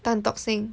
Tan-Tock-Seng